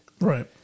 Right